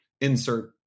insert